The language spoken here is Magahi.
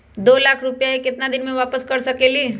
दो लाख रुपया के केतना दिन में वापस कर सकेली?